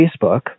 Facebook